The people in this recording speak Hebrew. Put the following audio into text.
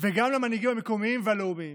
וגם למנהיגים המקומיים והלאומיים: